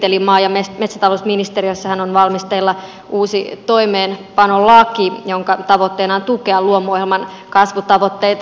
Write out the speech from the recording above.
eli maa ja metsätalousministeriössähän on valmisteilla uusi toimeenpanolaki jonka tavoitteena on tukea luomuohjelman kasvutavoitteita